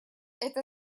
это